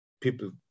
people